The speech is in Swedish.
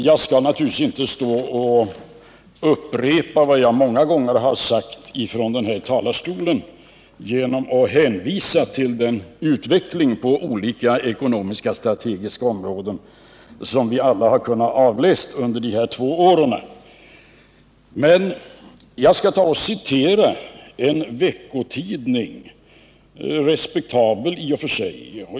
Jag skall naturligtvis inte stå och upprepa vad jag många gånger från den här talarstolen har sagt genom att hänvisa till den utveckling på olika ekonomiska strategiska områden som vi alla kunnat avläsa under dessa två år. Men jag skall citera en i och för sig respektabel veckotidning.